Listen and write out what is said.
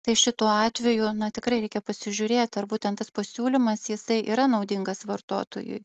tai šituo atveju na tikrai reikia pasižiūrėti ar būtent tas pasiūlymas jisai yra naudingas vartotojui